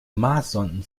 marssonden